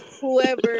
whoever